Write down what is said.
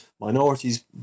minorities